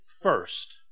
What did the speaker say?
first